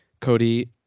Cody